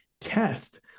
test